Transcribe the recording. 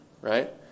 right